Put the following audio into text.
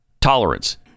tolerance